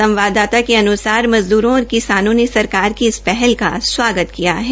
संवाददाता के अन्सार मज़द्रों और किसानों ने सरकार की इस पहल का स्वागत किया है